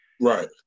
Right